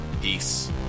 peace